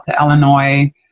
Illinois